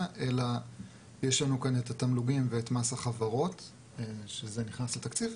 אלא יש לנו כאן את התמלוגים ואת מס החברות שזה נכנס לתקציב,